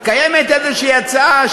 קיימת איזושהי הצעה,